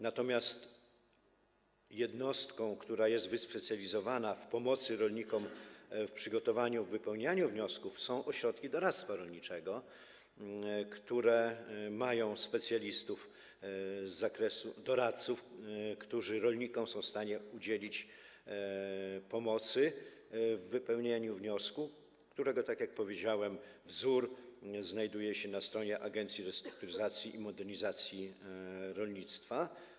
Natomiast jednostką, która jest wyspecjalizowana w pomocy rolnikom w przygotowaniu, wypełnianiu wniosków, są ośrodki doradztwa rolniczego, które mają specjalistów, doradców, którzy są w stanie udzielić rolnikom pomocy w wypełnieniu wniosku, którego wzór, tak jak powiedziałem, znajduje się na stronie Agencji Restrukturyzacji i Modernizacji Rolnictwa.